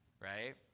right